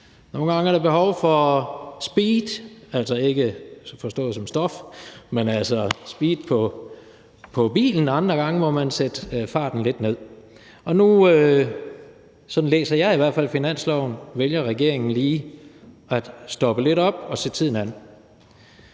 Nogle gange er der behov for speed – altså ikke forstået som stoffet, men som speed på bilen – og andre gange må man sætte farten lidt ned. Og nu – sådan læser jeg i hvert fald finansloven – vælger regeringen lige at stoppe lidt op og se tiden an.